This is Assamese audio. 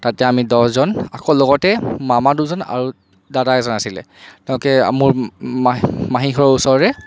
তাতে আমি দহজন আকৌ লগতে মামা দুজন আৰু দাদা এজন আছিলে তেওঁকে মোৰ মাহী মাহী ঘৰৰ ওচৰৰে